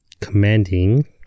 commanding